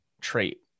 trait